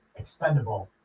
extendable